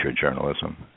journalism